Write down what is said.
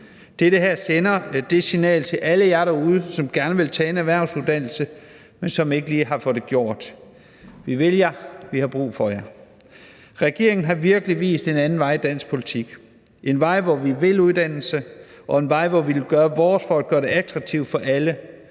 Det her sender det signal til alle jer derude, som gerne vil tage en erhvervsuddannelse, men som ikke lige har fået det gjort: Vi vil jer – vi har brug for jer. Regeringen har virkelig vist en anden vej i dansk politik; en vej, hvor vi vil uddannelse, og en vej, hvor vi vil gøre vores for at gøre det attraktivt for alle